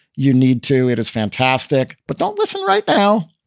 you need to. it is fantastic. but don't listen right now.